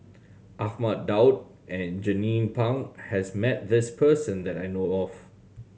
Ahmad Daud and Jernnine Pang has met this person that I know of